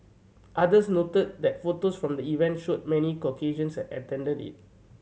others noted that photos from the event showed many Caucasians had attended it